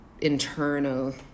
internal